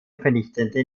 vernichtende